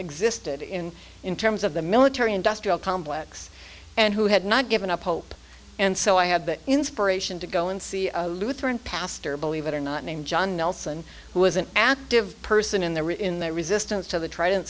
existed in in terms of the military industrial complex and who had not given up hope and so i had the inspiration to go and see a lutheran pastor believe it or not named john nelson who was an active person in there in the resistance to the trident